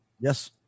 yes